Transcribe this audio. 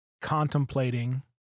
contemplating